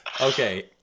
okay